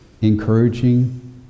Encouraging